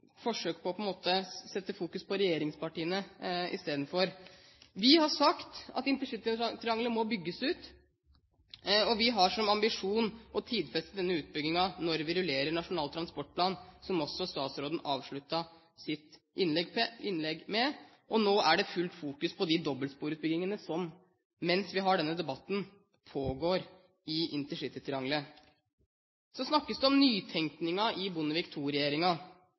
har sagt at intercitytriangelet må bygges ut. Vi har som ambisjon å tidfeste denne utbyggingen når vi rullerer Nasjonal transportplan, som også statsråden avsluttet sitt innlegg med, og nå er det fullt fokus på de dobbeltsporutbyggingene som, mens vi har denne debatten, pågår i intercitytriangelet. Så snakkes det om nytenkningen i Bondevik